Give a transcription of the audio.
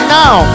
now